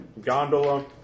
gondola